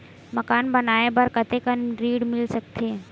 मकान बनाये बर कतेकन ऋण मिल सकथे?